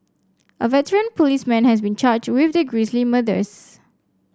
a veteran policeman has been charged with the grisly murders